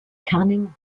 canning